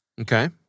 Okay